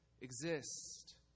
exist